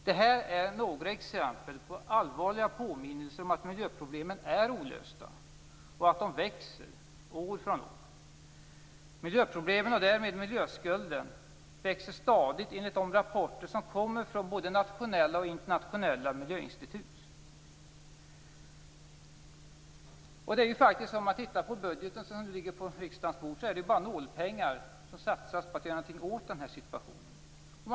Detta är några exempel på och allvarliga påminnelser om att miljöproblemen är olösta och växer år från år. Miljöproblemen, och därmed miljöskulden, växer stadigt enligt rapporter från både nationella och internationella miljöinstitut. Sett till den budget som nu ligger på riksdagens bord är det faktiskt bara nålpengar som satsas på att göra något åt situationen.